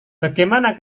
bagaimana